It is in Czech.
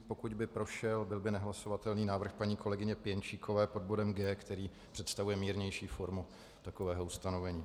Pokud by prošel, byl by nehlasovatelný návrh paní kolegyně Pěnčíkové pod bodem G, který představuje mírnější formu takového ustanovení.